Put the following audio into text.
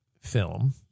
film